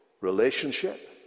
relationship